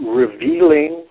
revealing